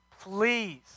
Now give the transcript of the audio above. Please